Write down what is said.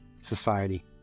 society